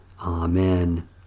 Amen